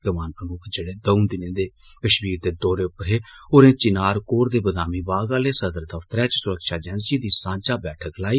कमान प्रमुख जेहड़े द'ऊं दिनें दे कश्मीर दौरे उप्पर हे होरें चिनार कौर दे बदामी बाग आह्ले सदर दफतरें च सुरक्षा अजेंसिए दी सांझा बैठक लाई